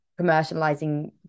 commercializing